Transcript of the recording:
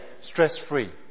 stress-free